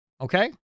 okay